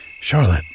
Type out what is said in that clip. Charlotte